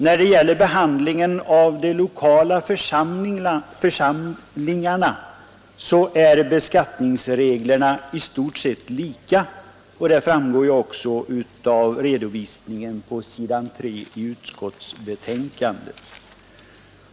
När det gäller behandlingen av de lokala församlingarna så är beskattningsreglerna i stort sett lika, och det framgår också av redovisningen på s. 3 i utskottsbetänkandet.